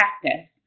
practice